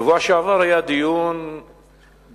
בשבוע שעבר היה דיון בהסכם,